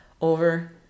Over